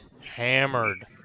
hammered